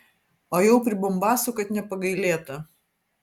o jau pribumbasų kad nepagailėta